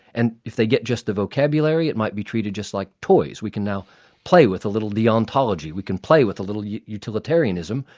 and if they get just the vocabulary it might be treated just like toys we can now play with a little of the ontology, we can play with a little utilitarianism,